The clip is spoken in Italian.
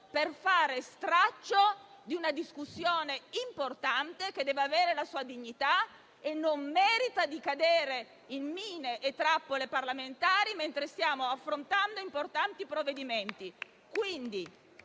per fare straccio di una discussione importante che deve avere la sua dignità e non merita di cadere in mine e trappole parlamentari mentre stiamo affrontando importanti provvedimenti.